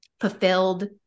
fulfilled